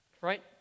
right